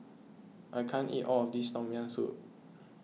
I can't eat all of this Tom Yam Soup